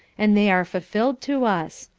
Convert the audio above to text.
and they are fulfilled to us.